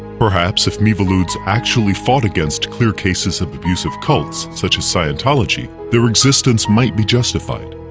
perhaps if miviludes actually fought against clear cases of abusive cults, such as scientology, their existence might be justified.